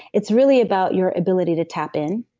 it's really about your ability to tap in.